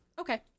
Okay